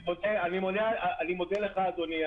אני מודה לך, אדוני.